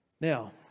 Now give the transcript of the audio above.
Now